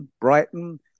Brighton